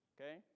Okay